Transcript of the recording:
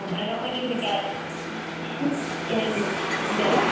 um i don't want you to get to in that